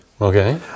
okay